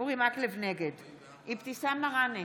אבתיסאם מראענה,